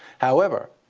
however,